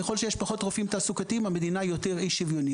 ככל שיש פחות רופאים תעסוקתיים המדינה יותר אי-שוויונית.